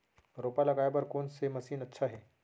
रोपा लगाय बर कोन से मशीन अच्छा हे?